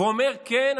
ואומר: כן,